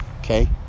okay